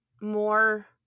more